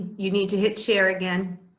you need to hit share again.